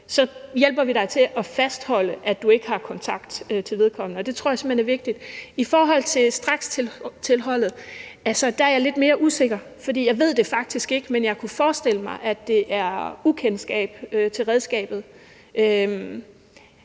hjælper vi dig til at fastholde, at du ikke har kontakt til vedkommende. Og det tror jeg simpelt hen er vigtigt. I forhold til strakstilholdet er jeg lidt mere usikker, for jeg ved det faktisk ikke. Men jeg kunne forestille mig, at der er tale om ukendskab til redskabet.